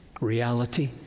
reality